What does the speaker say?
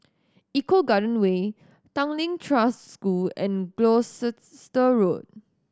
Eco Garden Way Tanglin Trust School and Gloucester Road